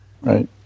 right